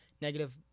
negative